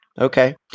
okay